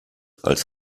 als